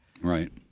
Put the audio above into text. right